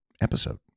episode